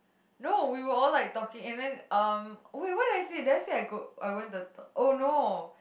no we were all like talking and then um wait what did I say did I say I go I went to the oh no